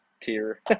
tier